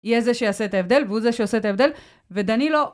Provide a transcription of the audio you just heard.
יהיה זה שיעשה את ההבדל והוא זה שעושה את ההבדל ודנילו